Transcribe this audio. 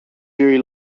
very